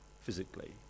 physically